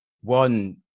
one